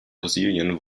fossilien